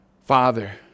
Father